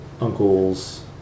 uncles